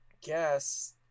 guess